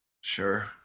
Sure